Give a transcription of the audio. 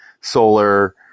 solar